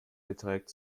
beträgt